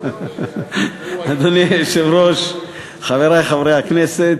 אדוני היושב-ראש, חברי חברי הכנסת,